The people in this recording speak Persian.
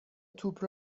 توپ